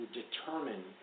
determine